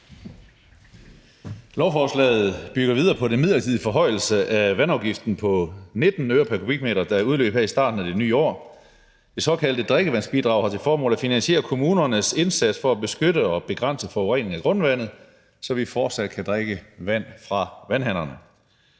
Lovforslaget bygger videre på den midlertidige forhøjelse af vandafgiften på 19 øre pr. m3, der udløb her ved starten af det nye år. Det såkaldte drikkevandsbidrag har til formål at finansiere kommunernes indsats for at beskytte og begrænse forurening af grundvandet, så vi fortsat kan drikke vand fra vandhanerne.